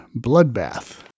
Bloodbath